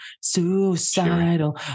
suicidal